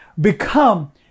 become